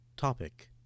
Topic